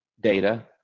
data